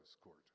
court